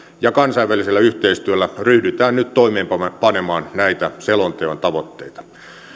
ja kansainvälisellä yhteistyöllä ryhdytään nyt toimeenpanemaan näitä selonteon tavoitteita